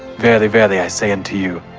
verily, verily, i say unto you,